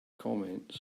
comments